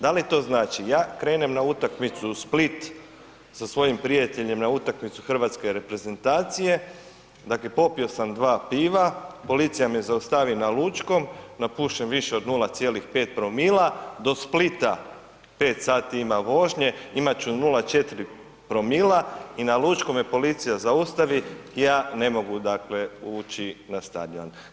Da li to znači ja krenem na utakmicu u Split sa svojim prijateljem na utakmicu hrvatske reprezentacije dakle popio sam dva piva, policija me zaustavi na Lučkom, napušem više od 0,5 promila, do Splita 5 sati ima vožnje imat ću 0,4 promila i na lučkome me policija zaustavi i ja ne mogu dakle ući na stadion?